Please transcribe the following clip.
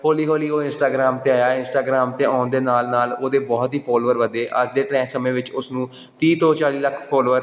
ਹੌਲੀ ਹੌਲੀ ਉਹ ਇੰਸਟਾਗਰਾਮ 'ਤੇ ਆਇਆ ਇੰਸਟਾਗਰਾਮ 'ਤੇ ਆਉਣ ਦੇ ਨਾਲ ਨਾਲ ਉਹਦੇ ਬਹੁਤ ਹੀ ਫੋਲੋਅਰ ਵੱਧੇ ਅੱਜ ਦੇ ਟ੍ਰੈ ਸਮੇਂ ਵਿੱਚ ਉਸ ਨੂੰ ਤੀਹ ਤੋਂ ਚਾਲੀ ਲੱਖ ਫੋਲੋਅਰ